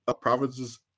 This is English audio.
province's